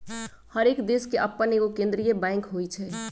हरेक देश के अप्पन एगो केंद्रीय बैंक होइ छइ